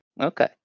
okay